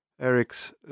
eric's